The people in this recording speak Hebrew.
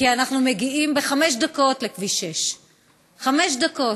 כי אנחנו מגיעים בחמש דקות לכביש 6. חמש דקות.